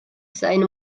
seine